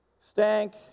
stank